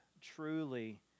truly